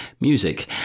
music